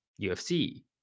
UFC